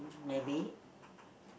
maybe